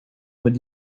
would